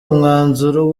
umwanzuro